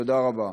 תודה רבה.